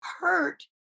hurt